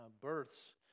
births